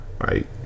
Right